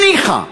ניחא.